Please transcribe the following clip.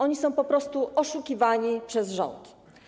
Oni są po prostu oszukiwani przez rząd.